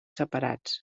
separats